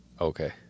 Okay